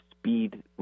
speed